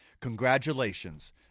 Congratulations